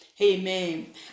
amen